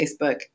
Facebook